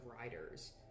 riders